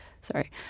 sorry